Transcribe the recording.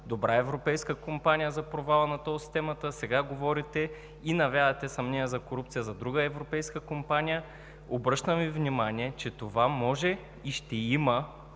добра европейска компания за провала на тол системата, а сега говорите и навявате съмнения за корупция за друга европейска компания. Обръщам Ви внимание, че това може и ще има